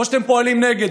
או שאתם פועלים נגד?